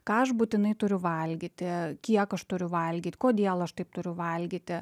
ką aš būtinai turiu valgyti kiek aš turiu valgyt kodėl aš taip turiu valgyti